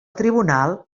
tribunal